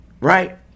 right